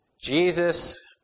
Jesus